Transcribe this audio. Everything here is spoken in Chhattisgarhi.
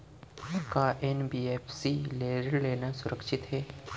का एन.बी.एफ.सी ले ऋण लेना सुरक्षित हे?